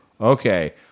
okay